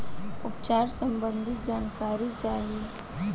उपचार सबंधी जानकारी चाही?